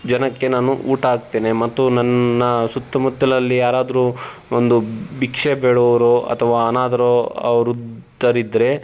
ಜನಕ್ಕೆ ನಾನು ಊಟ ಹಾಕ್ತೇನೆ ಮತ್ತು ನನ್ನ ಸುತ್ತಮುತ್ತಲಲ್ಲಿ ಯಾರಾದರೂ ಒಂದು ಭಿಕ್ಷೆ ಬೇಡೋವ್ರೋ ಅಥವಾ ಅನಾತರೋ ಅವ್ರು ವೃದ್ಧರಿದ್ರೆ